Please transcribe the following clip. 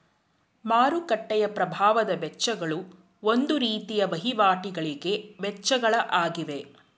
ಮಾರುಕಟ್ಟೆಯ ಪ್ರಭಾವದ ವೆಚ್ಚಗಳು ಒಂದು ರೀತಿಯ ವಹಿವಾಟಿಗಳಿಗೆ ವೆಚ್ಚಗಳ ಆಗಿವೆ